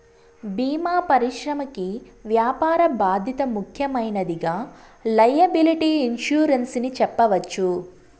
భీమా పరిశ్రమకి వ్యాపార బాధ్యత ముఖ్యమైనదిగా లైయబిలిటీ ఇన్సురెన్స్ ని చెప్పవచ్చు